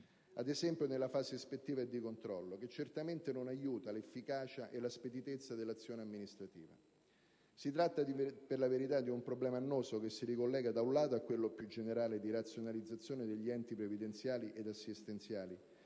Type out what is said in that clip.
ad esempio nella fase ispettiva e di controllo, che certamente non aiuta l'efficacia e la speditezza dell'azione amministrativa. Si tratta, per la verità, di un problema annoso, che si ricollega, da un lato, a quello più generale di razionalizzazione degli enti previdenziali ed assistenziali